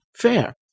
Fair